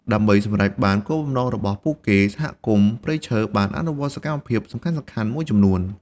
ដើម្បីសម្រេចបានគោលបំណងរបស់ពួកគេ សហគមន៍ព្រៃឈើបានអនុវត្តសកម្មភាពសំខាន់ៗមួយចំនួន។